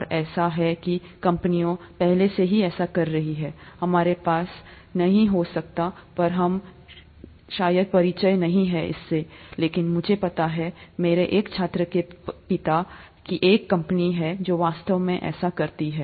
और ऐसा है कि कंपनियां पहले से ही ऐसा कर रही हैं हमारे पास नहीं हो सकता है हम ज़ायदा परिचित नहीं हो सकते हैं इसके साथ है लेकिन मुझे पता है कि मेरे एक छात्र के पिता की एक कंपनी है जो वास्तव में ऐसा करती है